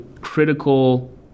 critical